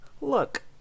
Look